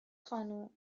خانم